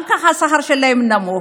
גם ככה השכר שלהם נמוך.